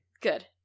Good